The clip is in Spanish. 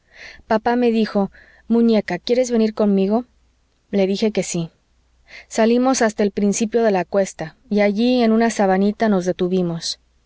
papá me dijo muñeca quieres venir conmigo lo dije que sí salimos hasta el principio de la cuesta y allí en una sabanita nos detuvimos